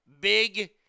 Big